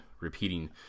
repeating